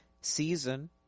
season